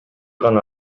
гана